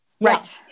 Right